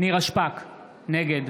נירה שפק, נגד